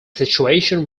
situation